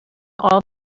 all